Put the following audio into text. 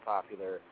Popular